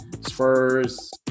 Spurs